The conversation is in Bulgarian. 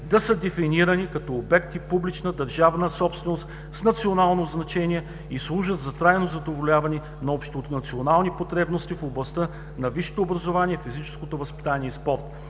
да са дефинирани като обекти публична държавна собственост с национално значение и служат за трайно задоволяване на общонационални потребности в областта на висшето образование, физическото възпитание и спорт.